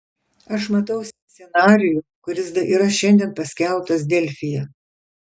aš matau scenarijų kuris yra šiandien paskelbtas delfyje